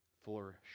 flourish